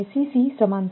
2અને સમાંતર છે